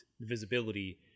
visibility